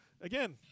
Again